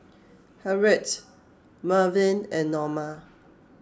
Harriette Malvin and Norma